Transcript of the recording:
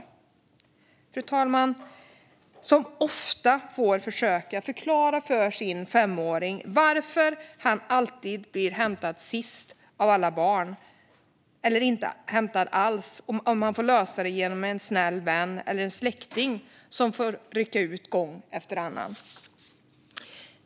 Det är de, fru talman, som ofta får försöka förklara för femåringen varför han alltid blir hämtad sist av alla barn eller inte hämtad alls av föräldern. Man får lösa det genom att en snäll vän eller en släkting rycker ut gång efter annan.